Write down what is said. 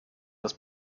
das